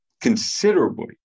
considerably